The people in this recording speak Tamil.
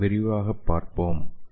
விரிவாகப் பார்ப்போம்